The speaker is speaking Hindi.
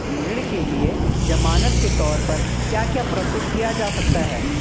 ऋण के लिए ज़मानात के तोर पर क्या क्या प्रस्तुत किया जा सकता है?